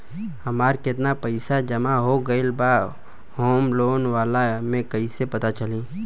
हमार केतना पईसा जमा हो गएल बा होम लोन वाला मे कइसे पता चली?